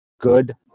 good